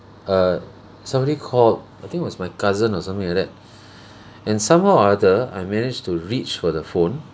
uh somebody called I think it was my cousin or something like that and somehow or other I manage to reach for the phone